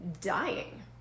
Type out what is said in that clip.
dying